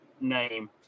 name